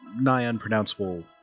nigh-unpronounceable